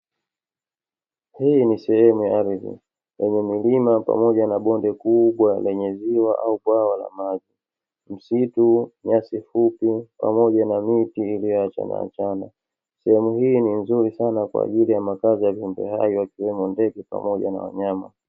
Hii ni sehemu ya ardhi, yenye milima pamoja na bonde kubwa lenye ziwa au bwawa la maji. Msitu, nyasi fupi pamoja na miti iliyoachana achana. Sehemu hii ni nzuri sana kwa ajili ya makazi ya viumbe hai, wakiwemo ndege pamoja na wanyama.